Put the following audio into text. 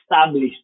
established